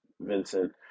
Vincent